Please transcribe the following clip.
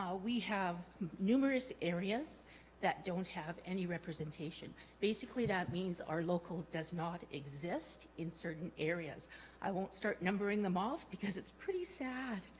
we have numerous areas that don't have any representation basically that means our local does not exist in certain areas i won't start numbering them off because it's pretty sad